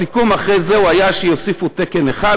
הסיכום אחרי זה היה שיוסיפו תקן אחד,